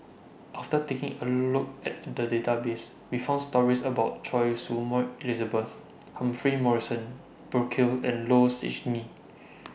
after taking A Look At The Database We found stories about Choy Su Moi Elizabeth Humphrey Morrison Burkill and Low Siew Nghee